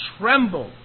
tremble